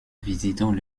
visitant